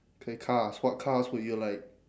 okay cars what cars would you like